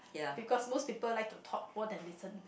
because most people like to talk more than listen